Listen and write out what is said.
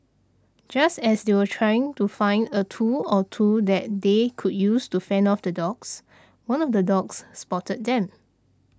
just as they were trying to find a tool or two that they could use to fend off the dogs one of the dogs spotted them